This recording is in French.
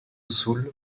sul